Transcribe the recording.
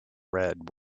red